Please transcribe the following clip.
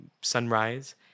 sunrise